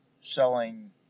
selling